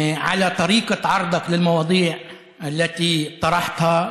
לאחר שהתחיל לכהן כחבר הכנסת התחזק הקשר בינו לבין חברי הכנסת האחרים.